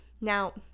now